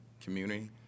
community